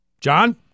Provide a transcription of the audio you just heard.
John